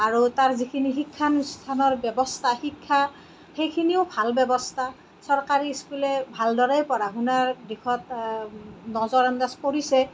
আৰু তাৰ যিখিনি শিক্ষানুষ্ঠানৰ ব্য়ৱস্থা শিক্ষা সেইখিনিও ভাল ব্য়ৱস্থা চৰকাৰী স্কুলে ভালদৰেই পঢ়া শুনাৰ দিশত নজৰ আন্দাজ কৰিছে